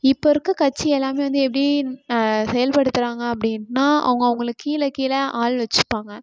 இப்போ இருக்க கட்சி எல்லாமே வந்து எப்படி செயல்படுத்துறாங்க அப்படின்னா அவங்கவுங்களுக்குக் கீழே கீழே ஆள் வைச்சுப்பாங்க